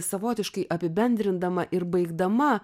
savotiškai apibendrindama ir baigdama